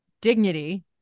dignity